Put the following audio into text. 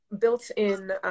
built-in